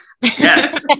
Yes